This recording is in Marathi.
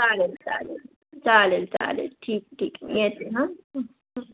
चालेल चालेल चालेल चालेल ठीक ठीक मी येते हां